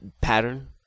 pattern